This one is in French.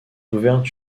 ouverte